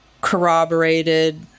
corroborated